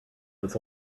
this